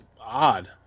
odd